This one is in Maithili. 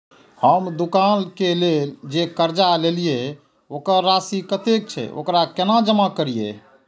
हम दुकान के लेल जे कर्जा लेलिए वकर राशि कतेक छे वकरा केना जमा करिए?